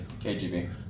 KGB